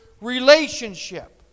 relationship